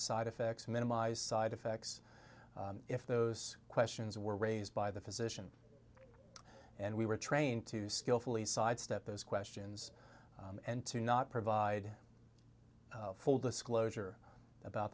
side effects minimize side effects if those questions were raised by the physician and we were trained to skillfully sidestep those questions and to not provide full disclosure about